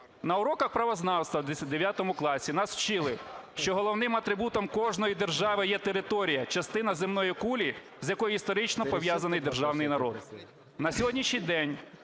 На уроках правознавства в 9 класі нас вчили, що головним атрибутом кожної держави є територія – частина Земної кулі, з якою історично пов'язаний державний народ.